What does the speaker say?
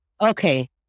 okay